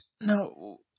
No